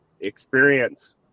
experience